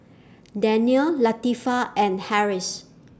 Danial Latifa and Harris